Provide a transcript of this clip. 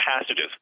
passages